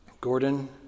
Gordon